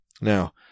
Now